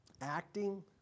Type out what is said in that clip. acting